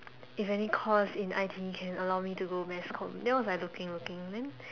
if any course in I_T_E can allow me to go mass com then I was like looking looking then